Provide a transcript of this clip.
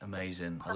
Amazing